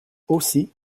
aussi